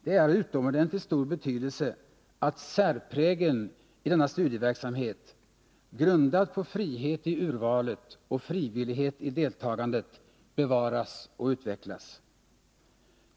Det är av utomordentligt stor betydelse att särprägeln i denna studieverksamhet, grundad på frihet i urvalet och frivillighet i deltagandet, bevaras och utvecklas.